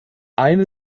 eine